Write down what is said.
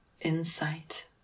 insight